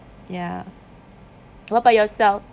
ya what about yourself